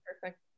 perfect